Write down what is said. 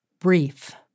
brief